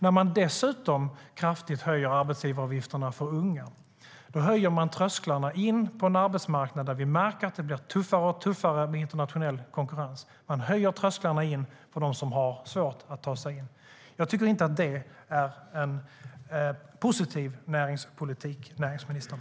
När man dessutom kraftigt höjer arbetsgivaravgifterna för unga höjer man trösklarna in på en arbetsmarknad där vi märker att det blir tuffare och tuffare med internationell konkurrens. Man höjer trösklarna för dem som har svårt att ta sig in. Jag tycker inte att det är en positiv näringspolitik, näringsministern.